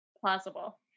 Plausible